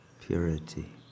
purity